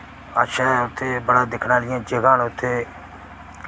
अच्छा ऐ उत्थै बड़ा दिक्खने आह्लियां जगहं न उत्थै